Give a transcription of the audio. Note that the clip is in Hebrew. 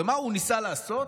ומה הוא ניסה לעשות?